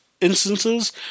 instances